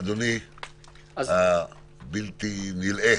אדוני הבלתי נלאה,